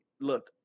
look